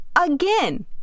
Again